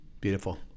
beautiful